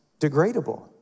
degradable